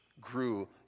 grew